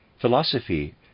Philosophy